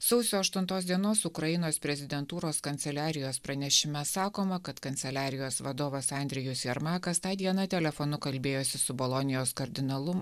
sausio aštuntos dienos ukrainos prezidentūros kanceliarijos pranešime sakoma kad kanceliarijos vadovas andrejus jermakas tą dieną telefonu kalbėjosi su bolonijos kardinolu